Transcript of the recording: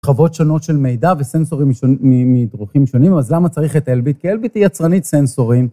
רחבות שונות של מידע וסנסורים מדרוכים שונים, אז למה צריך את אלביט? כי אלביט היא יצרנית סנסורים.